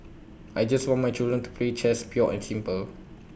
I just want my children to play chess pure and simple